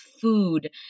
food